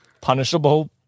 punishable